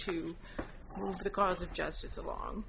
to the cause of justice along